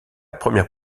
première